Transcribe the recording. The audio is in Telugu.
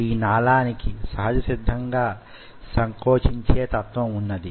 ఈ నాళానికి సహజ సిద్ధంగా సంకోచించే తత్వం వున్నది